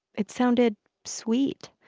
it sounded sweet,